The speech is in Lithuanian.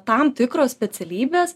tam tikros specialybės